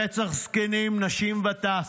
רצח זקנים, נשים וטף.